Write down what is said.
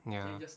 ya